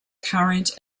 current